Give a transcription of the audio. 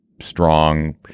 strong